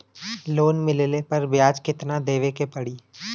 Loan मिलले पर ब्याज कितनादेवे के पड़ी?